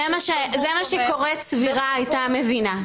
זה מה שקוראת סבירה הייתה מבינה,